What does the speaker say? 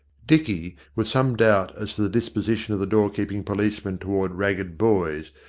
dicky, with some doubt as to the disposition of the door-keeping policeman toward ragged boys,